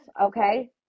okay